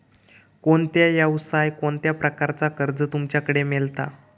कोणत्या यवसाय कोणत्या प्रकारचा कर्ज तुमच्याकडे मेलता?